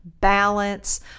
balance